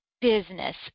business